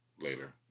later